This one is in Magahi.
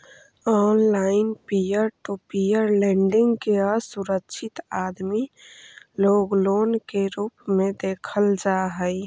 online peer to peer lending के असुरक्षित आदमी लोग लोन के रूप में देखल जा हई